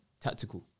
tactical